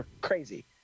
crazy